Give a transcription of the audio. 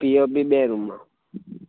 POP બે રૂમમાં